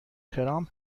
ترامپ